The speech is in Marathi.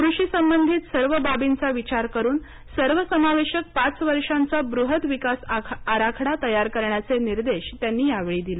कृषी संबंधित सर्व बाबींचा विचार करूनसर्व समावेशक पाच वर्षांचा ब्रहत विकास आराखडा तयार करण्याचे निर्देश त्यांनी यावेळी दिले